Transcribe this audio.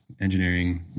engineering